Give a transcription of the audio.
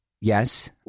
Yes